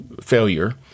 failure